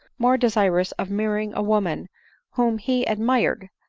more desirous of marrying a woman whom he admired,